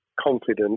confident